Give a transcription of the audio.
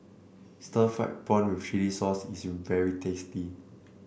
Stir Fried Prawn with Chili Sauce is very tasty